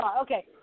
Okay